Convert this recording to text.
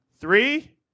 Three